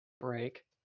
break